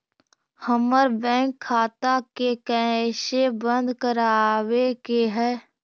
हमर बैंक खाता के कैसे बंद करबाबे के है?